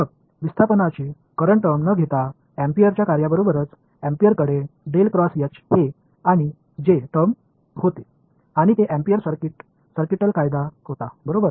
मग विस्थापनाची current term न घेता अॅम्पीयरच्या कार्याबरोबरच अॅम्पीयरकडे हे आणि टर्म होते आणि तो अॅम्पीयर सर्किटल कायदा होता बरोबर